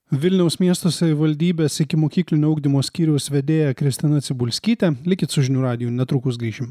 vilniaus miesto savivaldybės ikimokyklinio ugdymo skyriaus vedėja kristina cibulskytė likit su žinių radiju netrukus grįšim